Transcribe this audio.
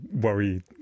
worry